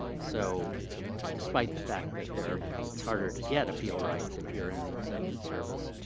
so despite the fact that there are it's harder to get appeal rights if you're in the excepted service,